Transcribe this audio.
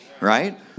right